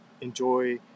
enjoy